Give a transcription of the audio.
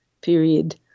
period